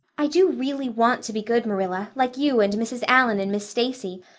i do really want to be good, marilla, like you and mrs. allan and miss stacy,